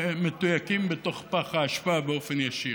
מתויקים בתוך פח האשפה באופן ישיר.